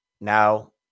now